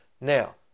Now